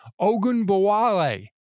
Ogunbowale